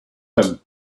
him